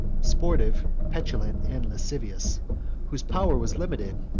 sportive, petulant, and lascivious whose power was limited,